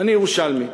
אני ירושלמי.